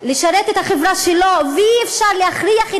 לשרת את החברה שלו ואי-אפשר להכריח את